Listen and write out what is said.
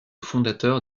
fondateur